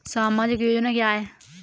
सामाजिक योजना क्या है?